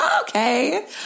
okay